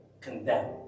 condemn